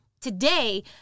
Today